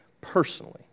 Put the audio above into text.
Personally